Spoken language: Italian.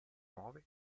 nuove